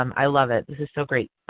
um i love it. this is so great.